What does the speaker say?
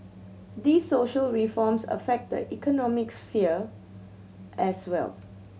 these social reforms affect the economic sphere as well